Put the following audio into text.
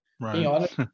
Right